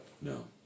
No